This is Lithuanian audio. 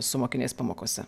su mokiniais pamokose